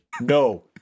No